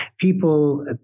people